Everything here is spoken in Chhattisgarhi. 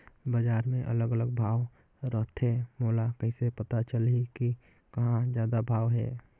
बजार मे अलग अलग भाव रथे, मोला कइसे पता चलही कि कहां जादा भाव हे?